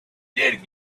did